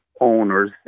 owners